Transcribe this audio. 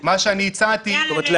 מה שהצעתי זה להטיל --- זאת אומרת,